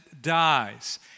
dies